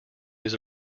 his